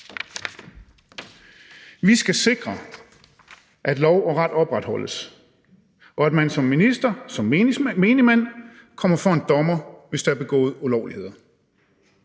Vi skal sikre, at lov og ret opretholdes, og at man som minister, som menigmand kommer for en dommer, hvis der er begået ulovligheder.